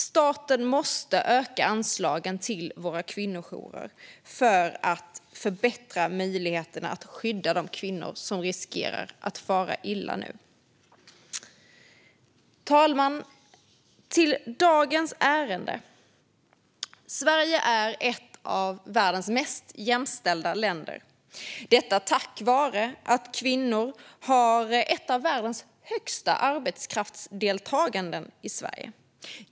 Staten måste öka anslagen till våra kvinnojourer för att förbättra möjligheterna att skydda de kvinnor som nu riskerar att fara illa. Fru talman! Jag övergår nu till att tala om dagens ärende. Sverige är ett av världens mest jämställda länder - detta tack vare att kvinnors arbetskraftsdeltagande i Sverige är ett av världens högsta.